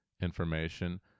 information